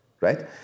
right